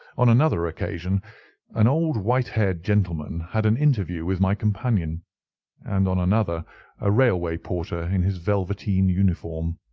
on another occasion an old white-haired gentleman had an interview with my companion and on another a railway porter in his velveteen uniform.